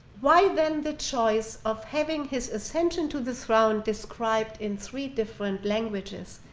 why then, the choice of having his ascension to the throne described in three different languages,